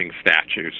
statues